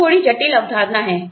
यह थोड़ी जटिल अवधारणा है